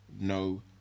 no